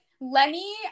Lenny